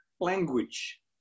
language